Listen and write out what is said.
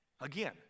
Again